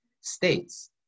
states